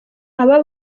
aba